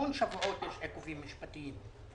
המון שבועות יש עיכובים משפטיים.